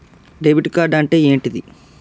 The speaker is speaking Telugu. డెబిట్ కార్డ్ అంటే ఏంటిది?